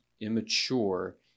immature